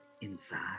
inside